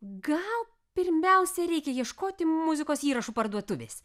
gal pirmiausia reikia ieškoti muzikos įrašų parduotuvės